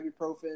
ibuprofen